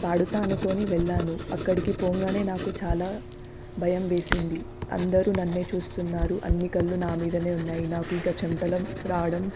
పాడుతా అనుకొని వెళ్ళాను అక్కడికి పోగానే నాకు చాలా భయం వేసింది అందరూ నన్నే చూస్తున్నారు అన్ని కళ్ళు నా మీదనే ఉన్నాయి నాకు ఇక చమటలం రావడం